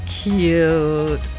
cute